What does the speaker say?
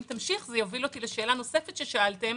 זה מוביל אותי לשאלה נוספת ששאלתם